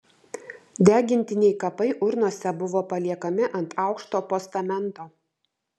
degintiniai kapai urnose buvo paliekami ant aukšto postamento